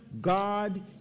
God